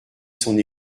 son